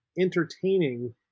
entertaining